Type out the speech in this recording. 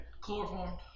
chloroform